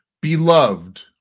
Beloved